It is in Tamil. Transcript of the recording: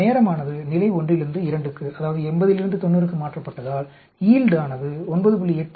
நேரமானது நிலை 1 லிருந்து 2 க்கு அதாவது 80 லிருந்து 90 க்கு மாற்றப்பட்டதால் யீல்டானது 9